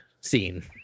scene